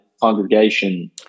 congregation